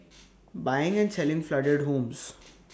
buying and selling flooded homes